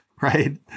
right